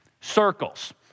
circles